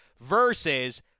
Versus